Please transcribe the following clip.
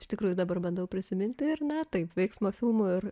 iš tikrųjų dabar bandau prisiminti ir na taip veiksmo filmų ir